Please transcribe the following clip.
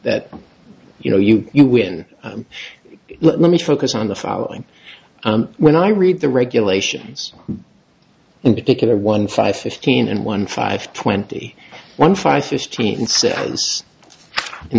that you know you you win let me focus on the following when i read the regulations in particular one five fifteen in one five twenty one five fifteen